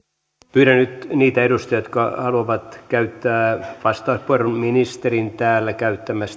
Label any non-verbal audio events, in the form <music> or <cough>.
pyydän nyt niitä edustajia jotka haluavat käyttää vastauspuheenvuoron ministerin täällä käyttämän <unintelligible>